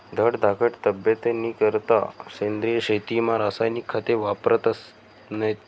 धडधाकट तब्येतनीकरता सेंद्रिय शेतीमा रासायनिक खते वापरतत नैत